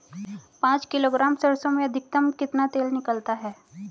पाँच किलोग्राम सरसों में अधिकतम कितना तेल निकलता है?